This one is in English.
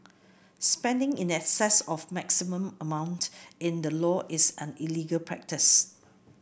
spending in excess of maximum amount in the law is an illegal practice